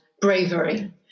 bravery